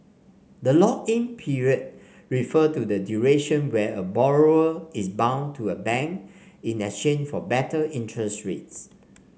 the lock in period refer to the duration where a borrower is bound to a bank in exchange for better interest rates